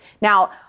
Now